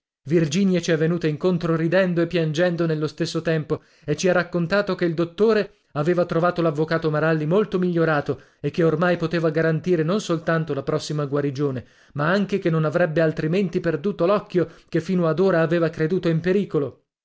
ci è venuta incontro ridendo e piangendo nello stesso tempo e ci ha raccontato che il dottore aveva trovato l'avvocato maralli molto migliorato e che ormai poteva garantire non soltanto la prossima guarigione ma anche che non avrebbe altrimenti perduto l'occhio che fino ad ora aveva creduto in pericolo